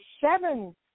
seven